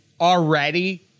already